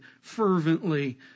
fervently